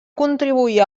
contribuir